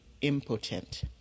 impotent